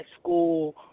school